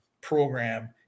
program